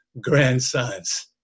grandsons